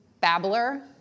Babbler